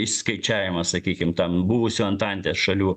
išskaičiavimas sakykim ten buvusių antantės šalių